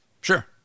Sure